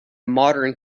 modern